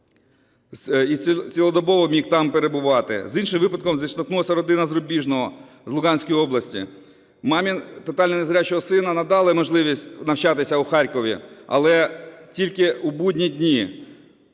і цілодобово міг там перебувати. З іншим випадком зіштовхнулася родина з Рубіжного, з Луганської області. Мамі тотально незрячого сина надали можливість навчатися у Харкові, але тільки у будні дні.